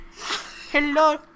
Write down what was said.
Hello